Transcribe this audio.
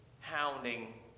hounding